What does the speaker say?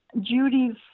Judy's